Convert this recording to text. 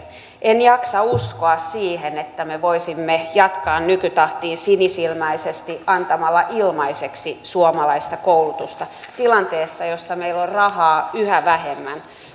en jaksa uskoa siihen että me voisimme jatkaa nykytahtiin sinisilmäisesti antamalla ilmaiseksi suomalaista koulutusta tilanteessa jossa meillä on rahaa yhä vähemmän